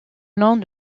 long